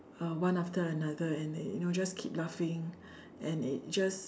uh one after another and you know just keep laughing and it just